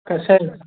ಕಷಾಯ